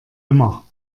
immer